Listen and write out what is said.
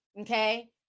okay